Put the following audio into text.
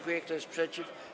Kto jest przeciw?